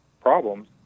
problems